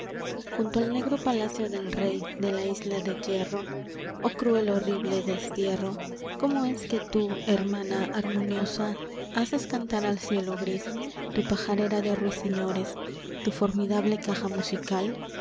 junto al negro palacio del rey de la isla de hierro oh cruel horrible destierro cómo es que tú hermana harmoniosa haces cantar al cielo gris tu pajarera de ruiseñores tu formidable caja musical